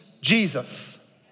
Jesus